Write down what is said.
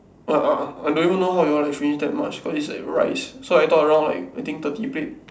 I don't even know how you all like finish that much cause it's like rice so I thought around like eating thirty plates